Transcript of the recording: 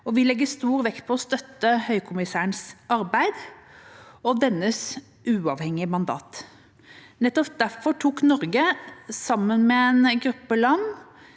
Vi legger stor vekt på å støtte Høykommissærens arbeid og dennes uavhengige mandat. Nettopp derfor tok Norge sammen med en gruppe land